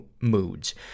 moods